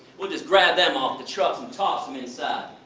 we'll just grab them off the trucks and toss them inside.